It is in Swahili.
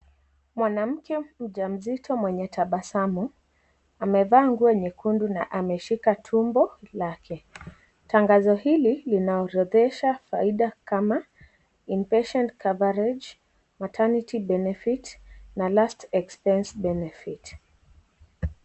Mwanamke mjamzito mwenye tabasamu amevaa nguo nyekundu na ameshika tumbo lake . Tangazo hili linaorodhesha faida kama (CS)inpatient coverage , maternity benefit na last expense benefit(CS ).